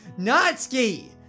Natsuki